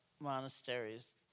monasteries